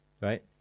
right